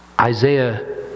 Isaiah